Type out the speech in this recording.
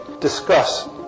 discuss